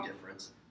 difference